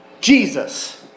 Jesus